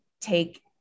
take